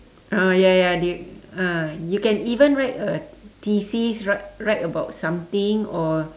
ah ya ya they ah you can even write a thesis write write about something or